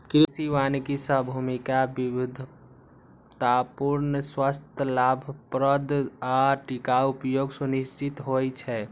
कृषि वानिकी सं भूमिक विविधतापूर्ण, स्वस्थ, लाभप्रद आ टिकाउ उपयोग सुनिश्चित होइ छै